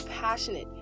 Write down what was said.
passionate